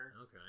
Okay